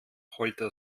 holte